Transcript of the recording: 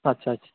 अच्छा अच्छा